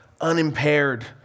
unimpaired